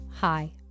Hi